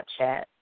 Snapchat